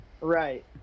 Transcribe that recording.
Right